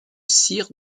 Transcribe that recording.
sir